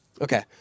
Okay